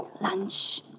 lunch